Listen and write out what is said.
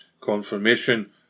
confirmation